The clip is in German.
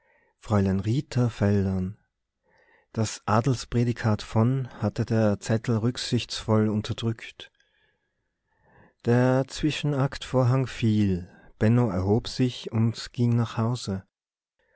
fräulein rita veldern das adelsprädikat von hatte der zettel rücksichtsvoll unterdrückt der zwischenaktvorhang fiel benno erhob sich und ging nach hause